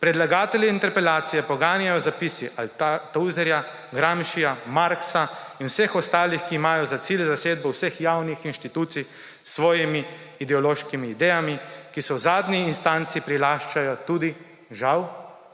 Predlagatelje interpelacije poganjajo zapisi Althusserja, Gramscija, Marxa in vseh ostalih, ki imajo za cilj zasedbo vseh javnih institucij s svojimi ideološkimi idejami, ki si v zadnji instanci prilaščajo tudi, žal